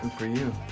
are you